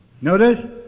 Notice